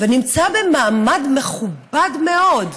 ונמצא במעמד מכובד מאוד.